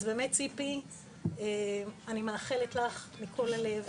אז באמת, ציפי, אני מאחלת לך מכל הלב